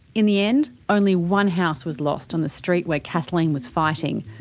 in the end, only one house was lost on the street where kathleen was fighting.